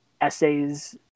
essays